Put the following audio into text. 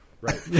Right